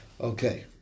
Okay